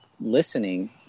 listening